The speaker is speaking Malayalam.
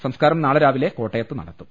സംസ്കാരം നാളെ രാവിലെ കോട്ടയത്ത് നടത്തും